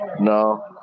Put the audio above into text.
no